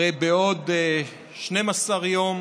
הרי שבעוד 12 יום